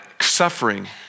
suffering